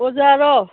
ꯑꯣꯖꯥꯔꯣ